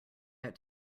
out